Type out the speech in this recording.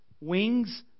wings